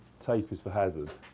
tape is for hazard.